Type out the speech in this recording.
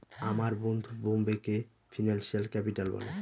আমার বন্ধু বোম্বেকে ফিনান্সিয়াল ক্যাপিটাল বলে